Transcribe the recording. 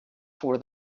for